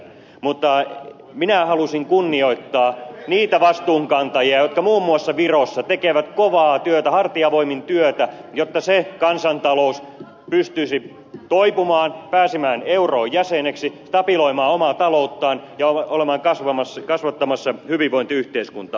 mutta minä halusin kunnioittaa niitä vastuunkantajia jotka muun muassa virossa tekevät kovaa työtä hartiavoimin työtä jotta se kansantalous pystyisi toipumaan pääsemään emun jäseneksi stabiloimaan omaa talouttaan ja olemaan kasvattamassa hyvinvointiyhteiskuntaa